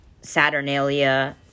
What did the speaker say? Saturnalia